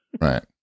Right